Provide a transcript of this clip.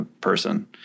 person